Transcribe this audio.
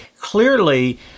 clearly